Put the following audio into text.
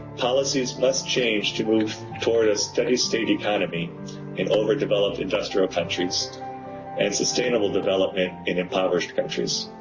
policies must change to move toward a steady state economy in overdeveloped industrial countries and sustainable development in impoverished countries.